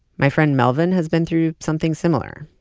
my friend melvin has been through something similar.